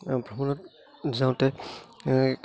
ভ্ৰমণত যাওঁতে